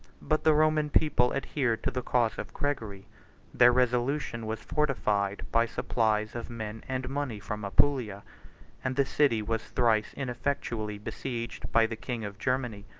but the roman people adhered to the cause of gregory their resolution was fortified by supplies of men and money from apulia and the city was thrice ineffectually besieged by the king of germany.